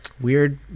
weird